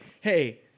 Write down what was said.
hey